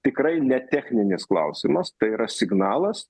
tikrai ne techninis klausimas tai yra signalas